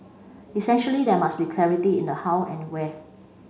essentially there must be clarity in the how and where